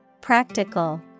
Practical